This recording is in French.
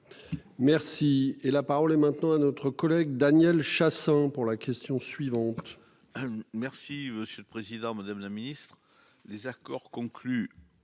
Merci et. La parole est maintenant à notre collègue Daniel Chassain pour la question suivante. Merci, monsieur le Président Madame la Ministre les accords conclus